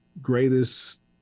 greatest